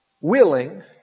Willing